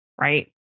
Right